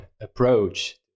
approach